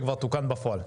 שכבר תוקן בפועל.